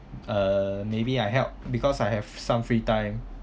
uh maybe I help because I have some free time